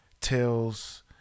tells